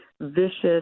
vicious